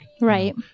Right